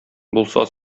булса